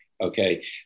okay